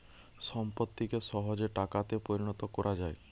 সম্পত্তিকে সহজে টাকাতে পরিণত কোরা যায়